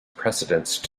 precedence